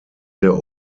der